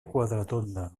quatretonda